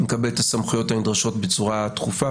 מקבל את הסמכויות הנדרשות בצורה דחופה,